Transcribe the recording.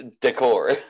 decor